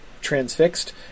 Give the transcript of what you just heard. transfixed